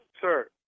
sir